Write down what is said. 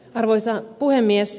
arvoisa puhemies